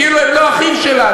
כאילו הם לא אחים שלנו.